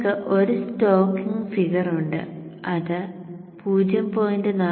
നിങ്ങൾക്ക് ഒരു stocking figure ഉണ്ട് അത് 0